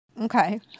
okay